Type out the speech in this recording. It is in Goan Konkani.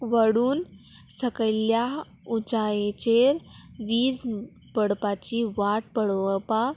व्हडून सकयल्या उंचायेचेर वीज पडपाची वाट पळोवपाक